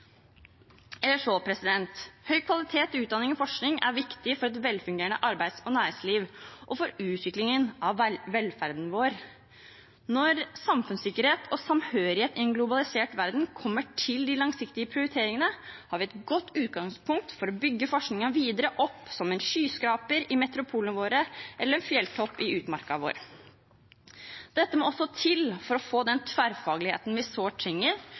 Høy kvalitet i utdanning og forskning er viktig for et velfungerende arbeids- og næringsliv og for utviklingen av velferden vår. Når samfunnssikkerhet og samhørighet i en globalisert verden kommer til de langsiktige prioriteringene, har vi et godt utgangspunkt for å bygge forskningen videre opp som en skyskraper i metropolene våre eller en fjelltopp i utmarken vår. Dette må til for å få den tverrfagligheten vi